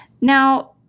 Now